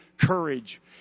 courage